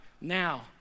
now